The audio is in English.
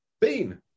bean